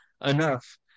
enough